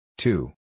Two